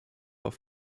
auf